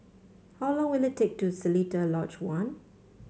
how long will it take to Seletar Lodge One